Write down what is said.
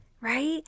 right